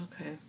Okay